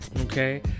okay